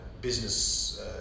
business